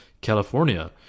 California